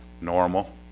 Normal